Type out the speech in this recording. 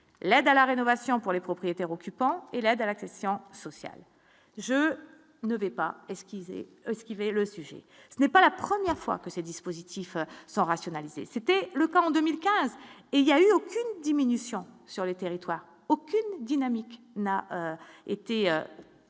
l'aide à la rénovation pour les propriétaires occupants et l'aide à l'accession sociale, je ne vais pas ils aient esquivé le sujet, ce n'est pas la première fois que ces dispositifs sont rationalisées. C'était le cas en 2015 et il y a eu aucune diminution sur les territoires occupés, aucune dynamique n'a été en